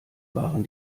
waren